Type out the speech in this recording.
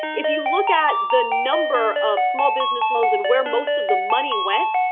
if you look at the number of small business loans and where most of the money went,